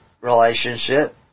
relationship